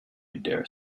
dare